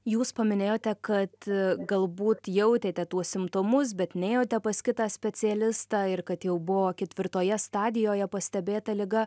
jūs paminėjote kad galbūt jautėte tuos simptomus bet nėjote pas kitą specialistą ir kad jau buvo ketvirtoje stadijoje pastebėta liga